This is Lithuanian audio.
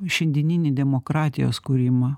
šiandieninį demokratijos kūrimą